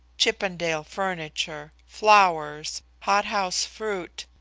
chippendale furniture, flowers, hothouse fruit,